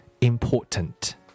important